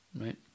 right